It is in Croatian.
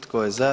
Tko je za?